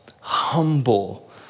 humble